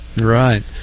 Right